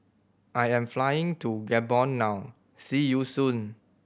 I am flying to Gabon now see you soon